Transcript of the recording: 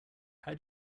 how